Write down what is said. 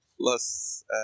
plus